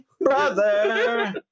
brother